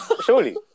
surely